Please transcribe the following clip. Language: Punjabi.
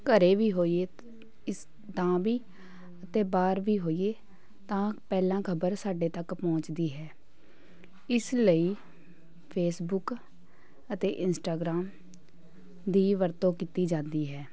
ਘਰ ਵੀ ਹੋਈਏ ਇਸ ਤਾਂ ਵੀ ਅਤੇ ਬਾਹਰ ਵੀ ਹੋਈਏ ਤਾਂ ਪਹਿਲਾਂ ਖ਼ਬਰ ਸਾਡੇ ਤੱਕ ਪਹੁੰਚਦੀ ਹੈ ਇਸ ਲਈ ਫੇਸਬੁੱਕ ਅਤੇ ਇੰਸਟਾਗ੍ਰਾਮ ਦੀ ਵਰਤੋਂ ਕੀਤੀ ਜਾਂਦੀ ਹੈ